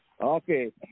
okay